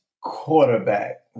quarterback